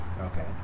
okay